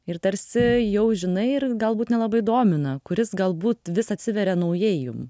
ir tarsi jau žinai ir galbūt nelabai domina kuris galbūt vis atsiveria naujai jum